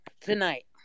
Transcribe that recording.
tonight